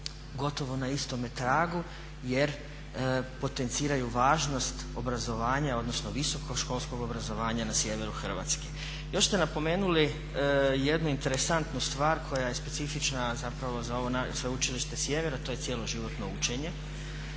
gotovo na istome tragu jer potenciraju važnost obrazovanja, odnosno visokoškolskog obrazovanja na sjeveru Hrvatske. Još ste napomenuli jednu interesantnu stvar koja je specifična zapravo za ovo Sveučilište Sjever a to je cjeloživotno učenje.